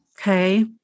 Okay